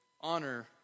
honor